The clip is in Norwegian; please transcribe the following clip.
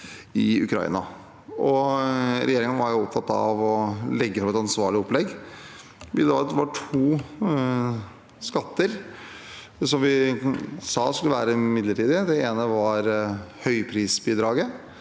i Ukraina. Regjeringen var opptatt av å legge fram et ansvarlig opplegg. Vi la opp til to skatter, som vi sa skulle være midlertidige. Det ene var høyprisbidraget,